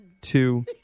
two